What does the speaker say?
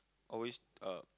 always uh